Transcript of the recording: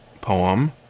poem